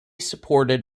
supported